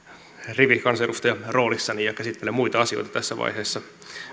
rivikansanedustajaroolissani ja käsittelen muita asioita tässä vaiheessa kiitoksia